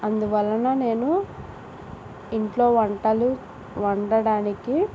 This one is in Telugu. అందువలన నేను ఇంట్లో వంటలు వండడానికి